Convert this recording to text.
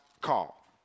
call